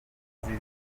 inkozi